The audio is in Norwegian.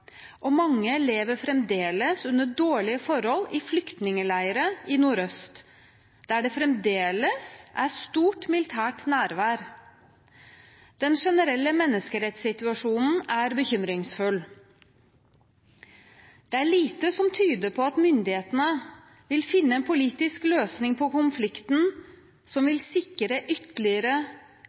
og mange lever fremdeles under dårlige forhold i flyktningeleirer i nordøst, der det fremdeles er stort militært nærvær. Den generelle menneskerettssituasjonen er bekymringsfull. Det er lite som tyder på at myndighetene vil finne en politisk løsning på konflikten som vil sikre ytterligere